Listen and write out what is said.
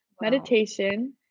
meditation